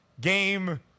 game